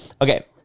Okay